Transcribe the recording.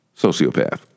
Sociopath